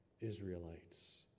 Israelites